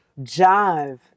Jive